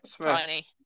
tiny